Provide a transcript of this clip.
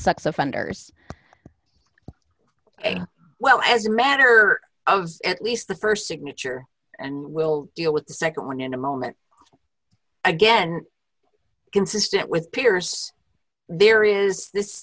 sex offenders well as a matter of at least the st signature and we'll deal with the nd one in a moment again consistent with peers there is this